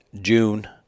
June